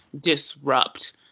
disrupt